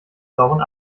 sauren